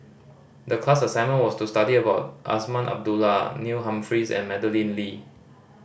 the class assignment was to study about Azman Abdullah Neil Humphreys and Madeleine Lee